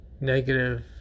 negative